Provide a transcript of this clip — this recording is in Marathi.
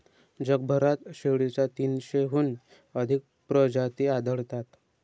जगभरात शेळीच्या तीनशेहून अधिक प्रजाती आढळतात